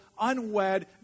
unwed